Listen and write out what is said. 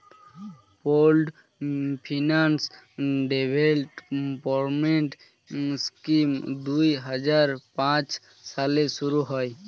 pooled finance development scheme দুই হাজার পাঁচ সালে শুরু হয়